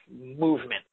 movement